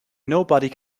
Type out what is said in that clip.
nobody